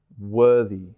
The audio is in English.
worthy